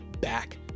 back